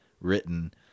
written